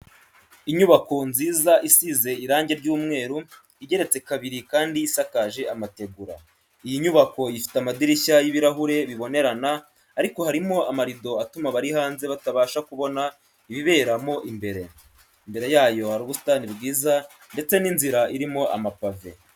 Inyubako nziza isize irange ry'umweru, igeretse kabiri kandi isakaje amategura. Iyi nyubako ifite amadirishya y'ibirahure bibonerana ariko harimo amarido atuma abari hanze batabasha kubona ibibera mo imbere. Imbere yayo hari ubusitani bwiza ndetse n'inzira irimo amapave.